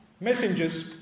messengers